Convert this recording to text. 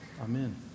Amen